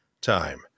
time